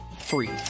free